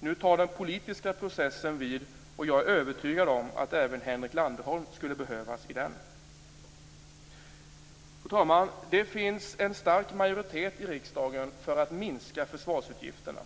Nu tar den politiska processen vid. Jag är övertygad om att även Henrik Landerholm behövs i den. Fru talman! Det finns en stark majoritet i riksdagen för att minska försvarsutgifterna.